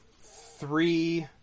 three